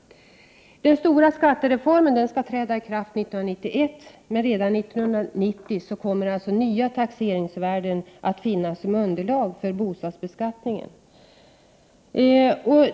Den stora skattereformen skall träda i kraft 1991, men redan 1990 kommer nya taxeringsvärden att finnas som underlag för bostadsbeskattningen.